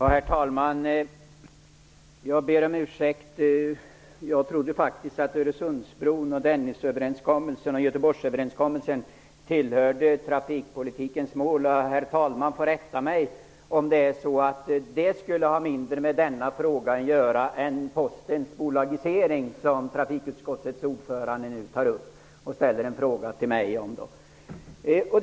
Herr talman! Jag ber om ursäkt. Jag trodde faktiskt att Öresundsbron, Dennisöverenskommelsen och Göteborgsöverenskommelsen tillhörde trafikpolitikens mål. Herr talmannen får rätta mig, om de projekten skulle ha mindre med denna fråga att göra än Postens bolagisering, som trafikutskottets ordförande nu tar upp och ställer en fråga till mig om.